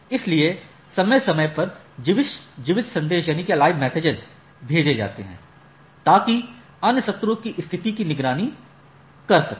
इसलिए समय समय पर जीवित संदेश भेजे जाते हैं ताकि अन्य सत्रों की स्थिति की निगरानी कर सके